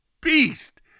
beast